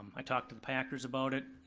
i talked to the packers about it,